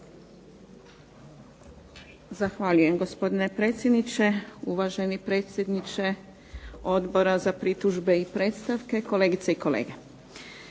Zahvaljujem gospodine predsjedniče, uvaženi predsjedniče Odbora za pritužbe i predstavke, kolegice i kolege.